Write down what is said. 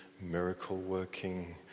miracle-working